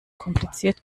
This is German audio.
kompliziert